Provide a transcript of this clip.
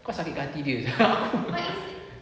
kau sakit kan hati dia